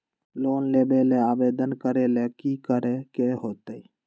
Loan लेबे ला आवेदन करे ला कि करे के होतइ?